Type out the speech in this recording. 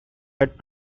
had